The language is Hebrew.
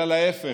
אלא להפך,